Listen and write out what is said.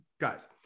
guys